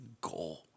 goal